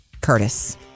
Curtis